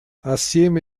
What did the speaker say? assieme